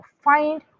find